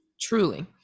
truly